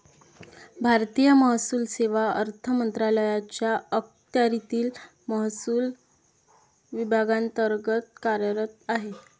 भारतीय महसूल सेवा अर्थ मंत्रालयाच्या अखत्यारीतील महसूल विभागांतर्गत कार्यरत आहे